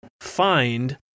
find